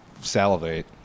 salivate